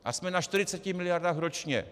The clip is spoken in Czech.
A jsme na 40 mld. ročně.